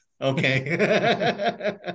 Okay